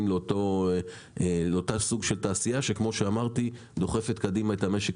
לאותו סוג של תעשייה שכמו שאמרתי דוחפת קדימה את המשק